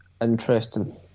interesting